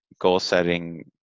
goal-setting